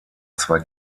zwei